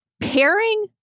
Pairing